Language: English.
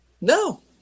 No